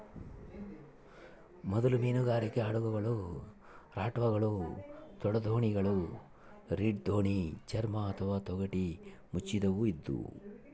ಮೊದಲ ಮೀನುಗಾರಿಕೆ ಹಡಗುಗಳು ರಾಪ್ಟ್ಗಳು ತೋಡುದೋಣಿಗಳು ರೀಡ್ ದೋಣಿ ಚರ್ಮ ಅಥವಾ ತೊಗಟೆ ಮುಚ್ಚಿದವು ಇದ್ವು